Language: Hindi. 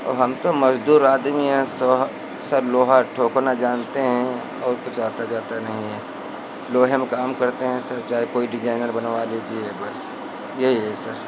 और हम तो मज़दूर आदमी हैं सोहा सर लोहा ठोकना जानते हैं और कुछ आता जाता नहीं है लोहे में काम करते हैं सर चाहे कोई डिजाइनर बनवा लीजिए बस यही है सर